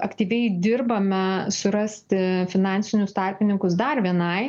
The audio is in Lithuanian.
aktyviai dirbame surasti finansinius tarpininkus dar vienai